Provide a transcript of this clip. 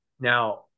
Now